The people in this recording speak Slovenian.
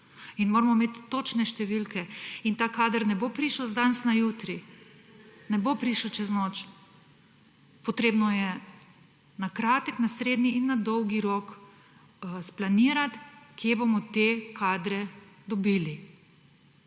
in moramo imeti točne številke in ta kader ne bo prišel z danes na jutri, ne bo prišel čez noč. Treba je na kratek, na srednji in na dolgi rok splanirati, kje bomo te kadre dobili,